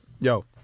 yo